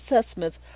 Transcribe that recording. assessments